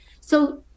So-